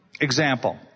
Example